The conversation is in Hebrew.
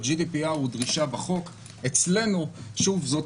ב-GDPR הוא דרישה בחוק אצלנו זאת